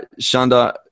Shanda